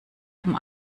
vom